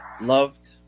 loved